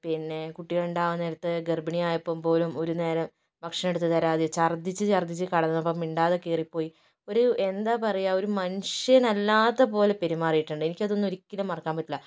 പിന്നെ കുട്ടികളുണ്ടാവാൻ നേരത്ത് ഗർഭിണിയായപ്പം പോലും ഒരു നേരം ഭക്ഷണം എടുത്ത് താരതെ ഛർദിച്ച് ഛർദിച്ച് കിടന്നപ്പം മിണ്ടാതെ കേറിപ്പോയി ഒരു എന്താ പറയുക ഒരു മനുഷ്യനല്ലാത്ത പോലെ പെരുമാറിയിട്ടുണ്ട് എനിക്കതൊന്നും ഒരിക്കലും മറക്കാൻ പറ്റില്ല